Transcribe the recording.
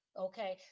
okay